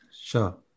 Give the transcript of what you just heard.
Sure